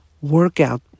workout